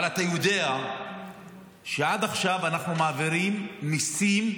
אבל אתה יודע שעד עכשיו אנחנו מעבירים מיסים,